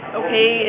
okay